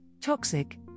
toxic